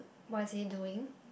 what is he doing